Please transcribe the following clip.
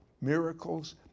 miracles